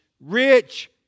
rich